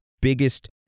biggest